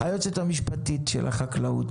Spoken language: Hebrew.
היועצת המשפטית של משרד החקלאות,